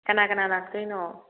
ꯀꯅꯥ ꯀꯅꯥ ꯂꯥꯛꯇꯣꯏꯅꯣ